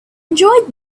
enjoyed